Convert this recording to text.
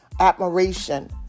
admiration